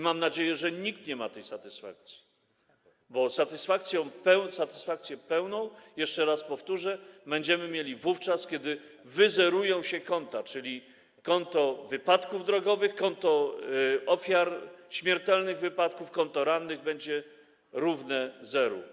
Mam nadzieję, że nikt nie ma satysfakcji, bo pełną satysfakcję - jeszcze raz powtórzę - będziemy mieli wówczas, kiedy wyzerują się konta, czyli konto wypadków drogowych, konto ofiar śmiertelnych wypadków, konto rannych będzie równe zeru.